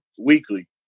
weekly